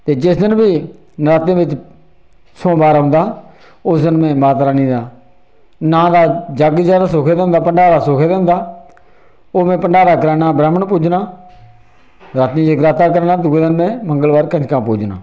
ते जिस दिन बी नरातें बिच्च सोमबार औंदा उस दिन में माता रानी दे नांऽ दा जग्ग जेह्ड़ा सुक्खे दा होंदा भंडरा सुक्खे दा ओह् में भंडारा कराना ब्रैह्मन पूजनां रातीं जगराता कराना दूऐ दिन में मंगलबार कंजका पूजनां